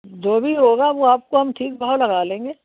जो भी होगा वो आपको हम ठीक भाव लगा लेंगे